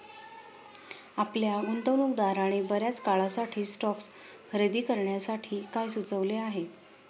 आपल्या गुंतवणूकदाराने बर्याच काळासाठी स्टॉक्स खरेदी करण्यासाठी काय सुचविले आहे?